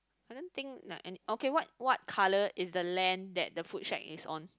I don't think like any okay what what colour is the lamp that the food shack is on